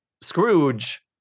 Scrooge